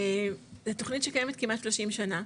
זו תוכנית שקיימת כמעט שלושים שנה,